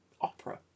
opera